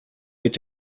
mit